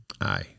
Aye